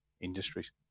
industries